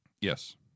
Yes